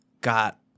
got